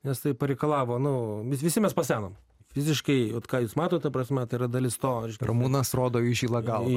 nes tai pareikalavo nu mes visi mes pasenom fiziškai vat ką jūs matot ta prasme yra dalis to ramūnas rodo į žilą galvą